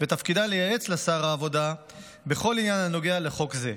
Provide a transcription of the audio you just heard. ותפקידה לייעץ לשר העבודה בכל עניין הנוגע לחוק זה.